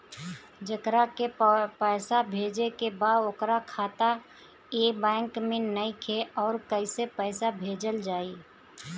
जेकरा के पैसा भेजे के बा ओकर खाता ए बैंक मे नईखे और कैसे पैसा भेजल जायी?